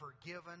forgiven